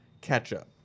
ketchup